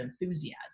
enthusiasm